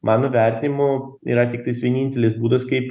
mano vertinimu yra tiktais vienintelis būdus kaip